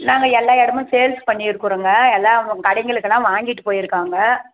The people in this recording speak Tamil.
நாங்கள் எல்லா இடமும் சேல்ஸ் பண்ணிருக்குறோங்க எல்லாம் கடைங்களுக்கெல்லாம் வாங்கிட்டு போயிருக்காங்க